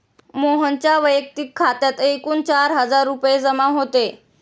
मोहनच्या वैयक्तिक खात्यात एकूण चार हजार रुपये जमा होते